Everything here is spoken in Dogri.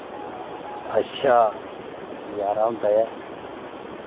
अच्छा नज़ारा होंदा ऐ